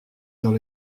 dans